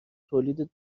تولید